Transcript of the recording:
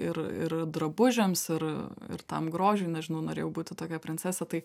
ir ir drabužiams ir ir tam grožiui nežinau norėjau būti tokia princesė tai